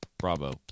Bravo